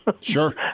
Sure